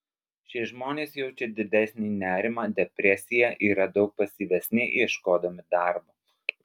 šie žmonės jaučia didesnį nerimą depresiją yra daug pasyvesni ieškodami darbo